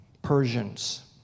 Persians